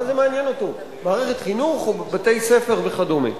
מה זה מעניין אותו מערכת חינוך, בתי-ספר וכדומה?